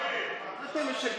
התשפ"ב 2022,